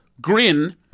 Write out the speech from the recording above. grin